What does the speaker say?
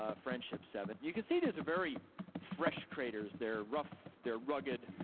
ah friendship seven. you can see these are very fresh craters, they're rough, they're rugged.